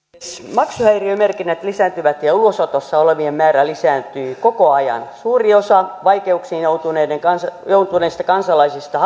maksuhäiriömerkinnät lisääntyvät ja ulosotossa olevien määrä lisääntyy koko ajan suuri osa vaikeuksiin joutuneista kansalaisista